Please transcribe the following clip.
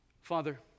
Father